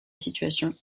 situation